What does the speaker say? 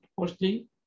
firstly